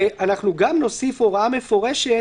ואנחנו גם נוסיף הוראה מפורשת,